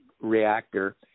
reactor